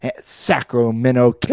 Sacramento